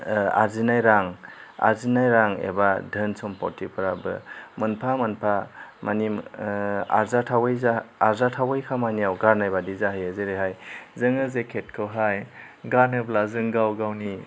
आरजिनाय रां आरजिनाय रां एबा दोहोन सम्प'थिफ्राबो मोनफा मोनफा मानि आरजाथावै जा आरजाथावै खामानियाव गानो बादि जाहैयो जेरैहाय जोङो जेकेटखौहाय गानोब्ला जों गाव गावनि